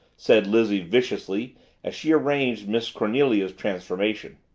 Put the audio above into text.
said lizzie viciously as she arranged miss cornelia's transformation.